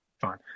fine